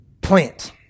plant